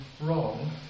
wrong